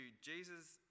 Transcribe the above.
Jesus